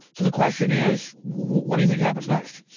so the question is what do you think happens next?